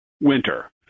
winter